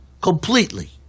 completely